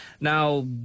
now